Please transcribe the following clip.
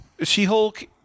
She-Hulk